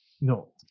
no